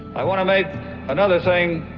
i want to make another thing